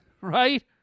Right